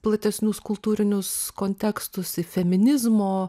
platesnius kultūrinius kontekstus į feminizmo